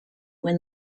when